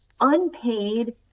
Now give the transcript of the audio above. unpaid